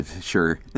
sure